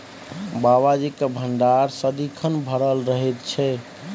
बाबाजीक भंडार सदिखन भरल रहैत छै